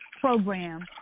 program